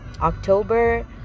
october